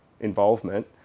involvement